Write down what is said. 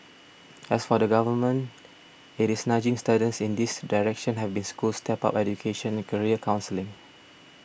as for the Government it is nudging students in this direction having schools step up education and career counselling